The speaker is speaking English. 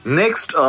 next